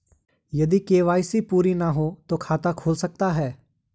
यदि के.वाई.सी पूरी ना हो तो खाता खुल सकता है?